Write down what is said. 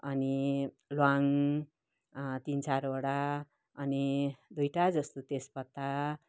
अनि ल्वाङ तिन चारवटा अनि दुइटा जस्तो तेजपत्ता